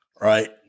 Right